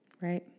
Right